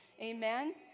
Amen